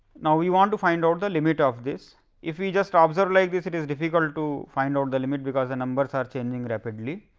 now, we want to find out the limit of this if we just ah observed like this, it is difficult to to find out the limit, because and um but number in in rapidly.